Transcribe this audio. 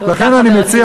לכן אני מציע